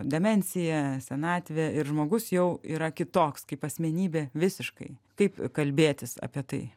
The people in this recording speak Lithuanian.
demencija senatvė ir žmogus jau yra kitoks kaip asmenybė visiškai kaip kalbėtis apie tai